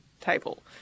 table